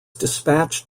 dispatched